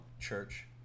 church